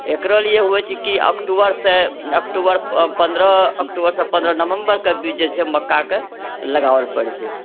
एकरो लिए होइ छै कि अक्टूबरसँ अक्टूबर पन्द्रह अक्टूबरसँ पन्द्रह नवम्बरके बिच जे छै मक्काके लगाओल पड़ै छै